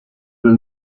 del